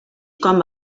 com